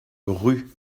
rue